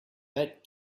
that